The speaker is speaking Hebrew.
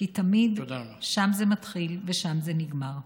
כי תמיד שם זה מתחיל ושם זה נגמר.